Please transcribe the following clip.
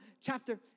chapter